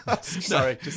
Sorry